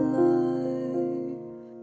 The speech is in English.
life